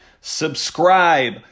subscribe